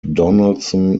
donaldson